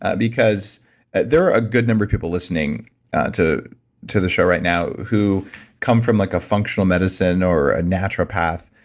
because there are a good number of people listening to to the show right now who come from like a functional medicine or a naturopath,